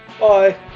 Bye